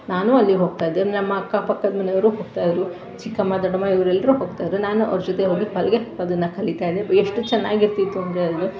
ನಾನು ಅಲ್ಲಿಗೆ ಹೋಗ್ತಾಯಿದ್ದೆ ನಮ್ಮ ಅಕ್ಕಪಕ್ಕದ ಮನೆಯವರು ಹೋಗ್ತಾಯಿದ್ದರು ಚಿಕ್ಕಮ್ಮ ದೊಡ್ಡಮ್ಮ ಇವರೆಲ್ಲರೂ ಹೋಗ್ತಾಯಿದ್ದರು ನಾನು ಅವ್ರ ಜೊತೆ ಹೋಗಿ ಹೊಲಿಗೆ ಅದನ್ನು ಕಲಿತಾಯಿದ್ದೆ ಎಷ್ಟು ಚೆನ್ನಾಗಿರ್ತಿತ್ತು ಅಂದರೆ ಅದು